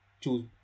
choose